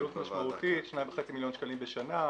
עלות משמעותית, 2.5 מיליון שקלים בשנה.